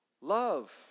Love